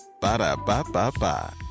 Ba-da-ba-ba-ba